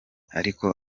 ariko